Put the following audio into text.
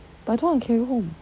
but I don't want to carry home